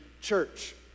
church